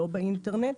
לא באינטרנט.